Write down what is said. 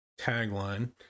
tagline